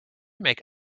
make